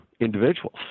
individuals